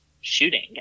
shooting